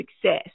success